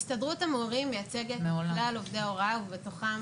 הסתדרות המורים מייצגת את כלל עובדי ההוראה בתוכם